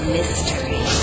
Mystery